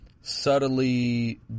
subtly